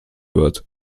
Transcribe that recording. wird